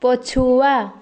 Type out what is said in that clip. ପଛୁଆ